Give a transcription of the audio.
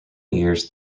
years